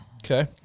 Okay